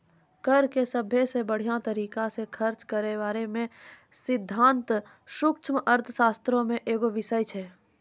कर के सभ्भे से बढ़िया तरिका से खर्च के बारे मे सिद्धांत सूक्ष्म अर्थशास्त्रो मे एगो बिषय छै